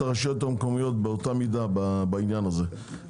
הרשויות המקומיות באותה מידה בעניין הזה.